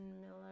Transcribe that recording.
Miller